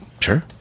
Sure